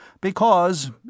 Because